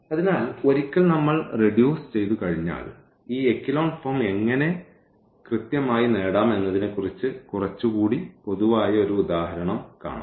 അതിനാൽ ഒരിക്കൽ നമ്മൾ റെഡ്യൂസ് ചെയ്തു കഴിഞ്ഞാൽ ഈ എക്കലോൺ ഫോം എങ്ങനെ കൃത്യമായി നേടാം എന്നതിനെക്കുറിച്ച് കുറച്ചുകൂടി പൊതുവായ ഒരു ഉദാഹരണം കാണാം